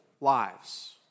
lives